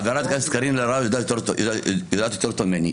חברת הכנסת קארין אלהרר יודעת יותר טוב ממני.